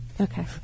Okay